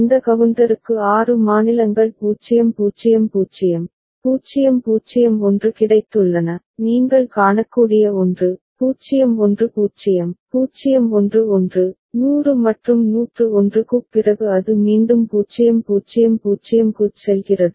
இந்த கவுண்டருக்கு ஆறு மாநிலங்கள் 000 001 கிடைத்துள்ளன நீங்கள் காணக்கூடிய ஒன்று 010 011 100 மற்றும் 101 க்குப் பிறகு அது மீண்டும் 000 க்குச் செல்கிறது